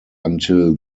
until